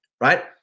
right